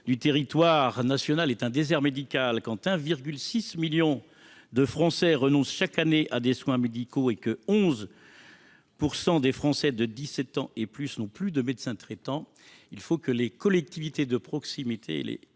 du territoire national est un désert médical, quand 1,6 million de Français renoncent chaque année à des soins médicaux et que 11 % des Français de 17 ans et plus n’ont plus de médecin traitant, il faut que les collectivités de proximité, au